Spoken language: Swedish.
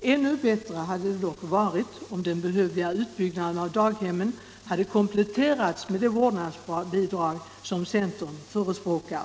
Ännu bättre hade dock varit om den behövliga utbyggnaden av daghemmen hade kompletterats med det vårdnadsbidrag som centern förespråkar.